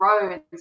roads